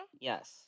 yes